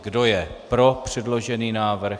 Kdo je pro předložený návrh?